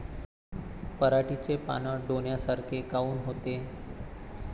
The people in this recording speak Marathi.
पराटीचे पानं डोन्यासारखे काऊन होते?